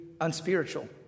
unspiritual